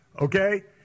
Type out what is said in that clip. Okay